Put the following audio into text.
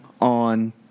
on